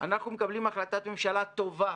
אנחנו מקבלים החלטת מממשלה טובה